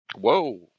Whoa